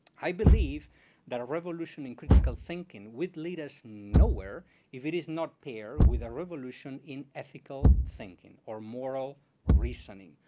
i believe that a revolution in critical thinking would lead us nowhere if it is not there with a revolution in ethical thinking, or moral reasoning.